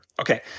Okay